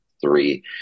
three